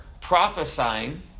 prophesying